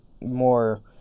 more